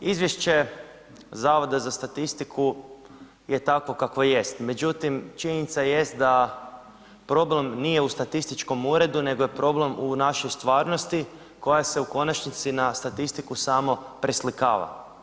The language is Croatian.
Izvješće Zavoda za statistiku je takvo kakvo jest, međutim činjenica jest da problem nije u statističkom uredu nego je problem u našoj stvarnosti koja se u konačnici na statistiku samo preslikava.